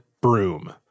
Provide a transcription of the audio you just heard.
broom